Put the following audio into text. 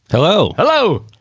hello. hello.